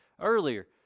earlier